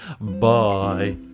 Bye